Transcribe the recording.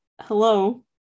Hello